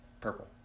Purple